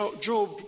Job